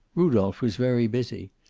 rudolph was very busy.